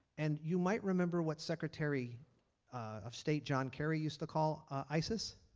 and you might remember what secretary of state john kerry used to call isis.